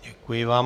Děkuji vám.